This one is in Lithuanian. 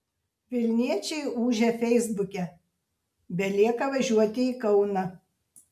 vilniečiai ūžia feisbuke belieka važiuoti į kauną